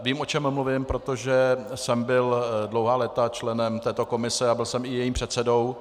Vím, o čem mluvím, protože jsem byl dlouhá léta členem této komise a byl jsem i jejím předsedou.